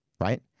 right